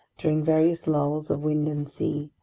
during various lulls of wind and sea,